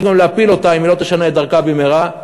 גם להפיל אותה אם היא לא תשנה את דרכה במהרה.